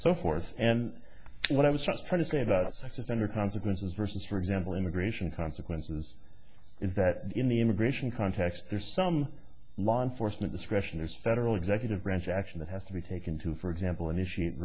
so forth and what i was just trying to say about sex offender consequences versus for example immigration consequences is that in the immigration context there's some law enforcement discretion is federal executive branch action that has to be taken to for example initiate